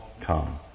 come